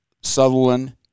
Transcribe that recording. Sutherland